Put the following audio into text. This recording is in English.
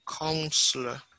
Counselor